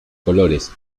colores